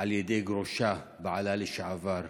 על ידי גרושהּ, בעלה לשעבר.